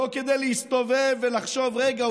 לא כדי להסתובב ולחשוב: רגע,